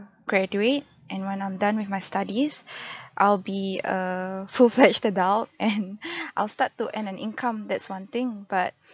graduate and when I'm done with my studies I'll be a full-fledged adult and I'll start to earn an income that's one thing but